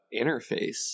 Interface